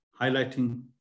highlighting